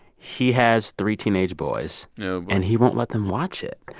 he has three teenage boys, you know and he won't let them watch it,